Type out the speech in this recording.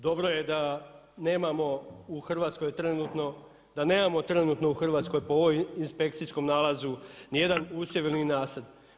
Dobro je da nemamo u Hrvatskoj trenutno, da nemamo trenutno u Hrvatskoj po ovom inspekcijskom nalazu ni jedan usjev ni nasad.